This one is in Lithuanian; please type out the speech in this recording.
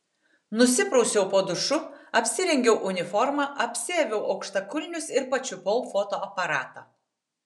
nusiprausiau po dušu apsirengiau uniformą apsiaviau aukštakulnius ir pačiupau fotoaparatą